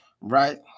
right